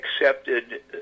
accepted